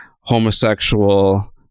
homosexual